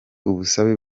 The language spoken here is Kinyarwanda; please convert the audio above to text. ubusabe